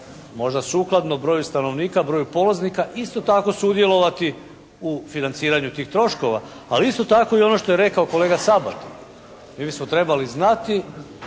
možda sukladno broju stanovnika, broju polaznika isto tako sudjelovati u financiranju tih troškova. Ali isto tako i ono što je rekao kolega Sabati i mi smo trebali znati